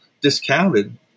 discounted